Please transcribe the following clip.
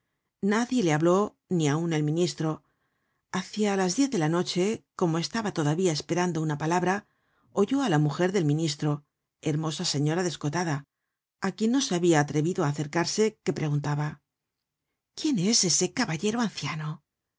nadie le habló ni aun el ministro hácia las diez de la noche como estaba todavía esperando una palabra oyó á la mujer del ministro hermosa señora descotada á quien no se habia atrevido á acercarse que preguntaba quién es ese caballero anciano